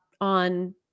on